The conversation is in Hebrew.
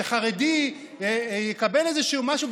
שחרדי יקבל משהו,